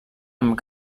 amb